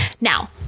Now